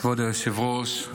כבוד היושב-ראש,